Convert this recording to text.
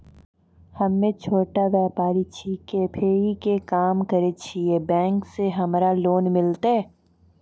हम्मे छोटा व्यपारी छिकौं, फेरी के काम करे छियै, बैंक से हमरा लोन मिलतै?